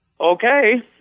Okay